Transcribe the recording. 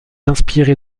inspiré